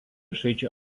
žaidžia